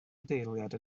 adeilad